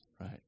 right